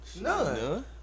none